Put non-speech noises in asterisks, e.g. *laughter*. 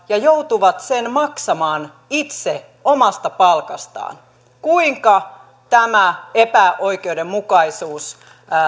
*unintelligible* ja joutuvat sen maksamaan itse omasta palkastaan kuinka tämä epäoikeudenmukaisuus